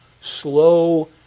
slow